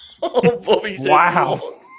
Wow